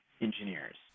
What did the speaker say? engineers